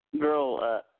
girl